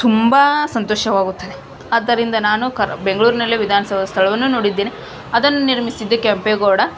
ತುಂಬ ಸಂತೋಷವಾಗುತ್ತದೆ ಆದ್ದರಿಂದ ನಾನು ಕರ್ ಬೆಂಗ್ಳೂರಿನಲ್ಲಿ ವಿಧಾನ ಸೌಧ ಸ್ಥಳವನ್ನು ನೋಡಿದ್ದೇನೆ ಅದನ್ನು ನಿರ್ಮಿಸಿದ್ದು ಕೆಂಪೇಗೌಡ